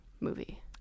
movie